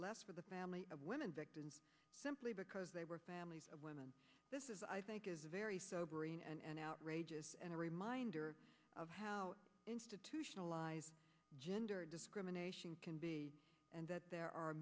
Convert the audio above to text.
less for the family of women victims simply because they were families of women i think is a very sobering and outrageous and a reminder of how institutionalized gender discrimination can be and that there are